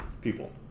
people